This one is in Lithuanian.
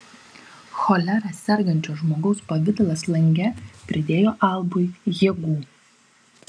cholera sergančio žmogaus pavidalas lange pridėjo albui jėgų